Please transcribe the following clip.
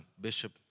bishop